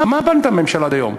מה בנתה הממשלה עד היום?